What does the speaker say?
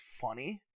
funny